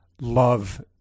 love